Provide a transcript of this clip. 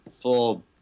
full